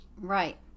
Right